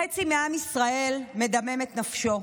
חצי מעם ישראל מדמם את נפשו.